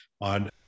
on